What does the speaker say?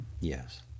yes